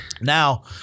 Now